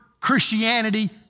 Christianity